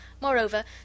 Moreover